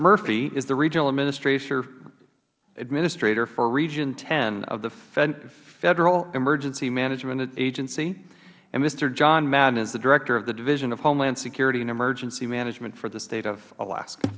murphy is the regional administrator for region x of the federal emergency management agency and mister john madden is the director of the division of homeland security and emergency management for the state of alaska